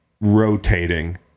rotating